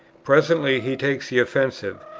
presently he takes the offensive,